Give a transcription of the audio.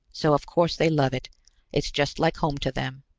so of course they love it it's just like home to them.